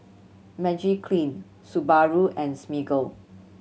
Magiclean Subaru and Smiggle